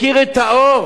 מכיר את האור.